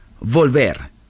Volver